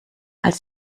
als